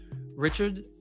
Richard